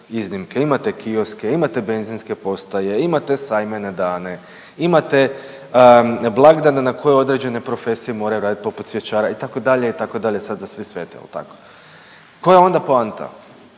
iznimke. Imate kioske, imate benzinske postaje, imate sajmene dane, imate blagdane na koje određene profesije moraju raditi poput cvjećara itd. itd. sad za Svi sveti. Jel' tako?